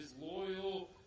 loyal